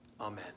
Amen